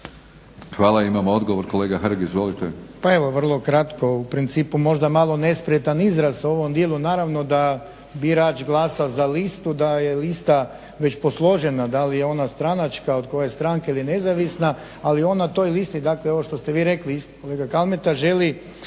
Hvala. Imamo odgovor, kolega Hrg. Izvolite.